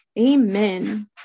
amen